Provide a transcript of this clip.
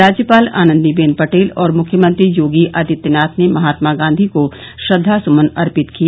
राज्यपाल आनंदीबेन पटेल और मुख्यमंत्री योगी आदित्यनाथ ने महात्मा गांधी को श्रद्वास्मन अर्पित किए